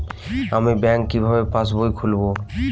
আমি ব্যাঙ্ক কিভাবে পাশবই খুলব?